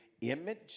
image